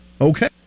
Okay